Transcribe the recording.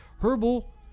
Herbal